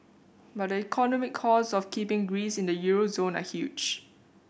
but the economic costs of keeping Greece in the euro zone are huge